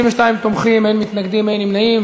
32 תומכים, אין מתנגדים, אין נמנעים.